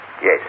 Yes